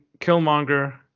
Killmonger